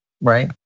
right